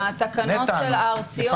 אני רק הפניתי לתקנות הארציות --- נטע,